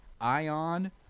Ion